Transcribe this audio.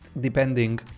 depending